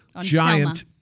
giant